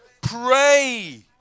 pray